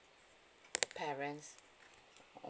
parents